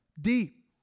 deep